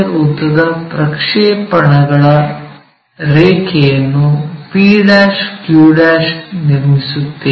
ಉದ್ದದ ಪ್ರಕ್ಷೇಪಣಗಳ ರೇಖೆಯನ್ನು pq ನಿರ್ಮಿಸುತ್ತೇವೆ